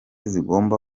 zigomba